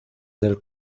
del